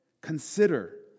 Consider